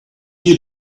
you